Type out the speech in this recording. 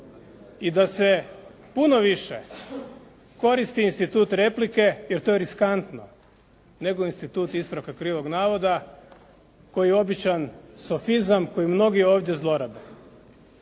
i da se puno više koristi institut replike jer to je riskantno, nego institut ispravka krivog navoda koji je običan sofizam, koji mnogi ovdje zlorabe.